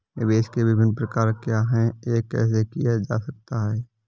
निवेश के विभिन्न प्रकार क्या हैं यह कैसे किया जा सकता है?